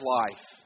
life